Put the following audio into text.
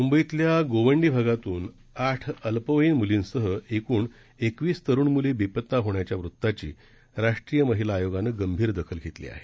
मुंबईच्या गोवंडी भागातून आठ अल्पवयीन मुलींसह एकूण एकवीस तरुण मुली बेपत्ता होण्याच्या वृताची राष्ट्रीय महिला आयोगानं गंभीर दखल घेतली आहे